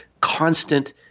constant